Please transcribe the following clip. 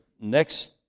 next